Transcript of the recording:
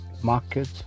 market